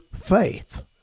faith